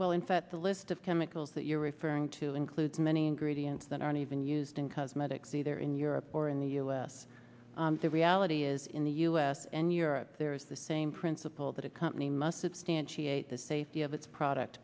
well in fact the list of chemicals that you're referring to includes many ingredients that aren't even used in cosmetics either in europe or in the u s the reality is in the u s and europe there is the same principle that a company must substantiate the safety of its product